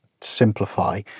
simplify